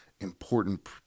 important